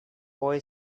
boy